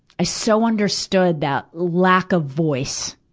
i so understood that lack of voice,